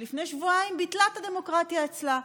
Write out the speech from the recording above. שלפני שבועיים ביטלה את הדמוקרטיה אצלה.